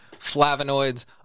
flavonoids